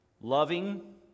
loving